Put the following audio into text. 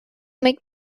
make